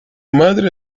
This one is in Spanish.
madre